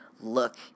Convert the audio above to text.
look